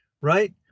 right